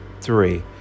three